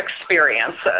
experiences